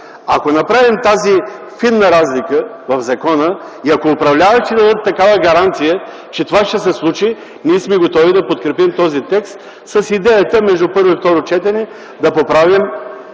Ако направим тази фина разлика в закона и ако управляващите дадат такава гаранция, че това ще се случи, ние сме готови да подкрепим текста с идеята между първо и второ четене да поправим